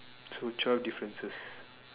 so twelve differences